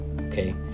okay